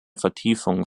vertiefung